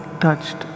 touched